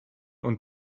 und